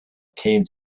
came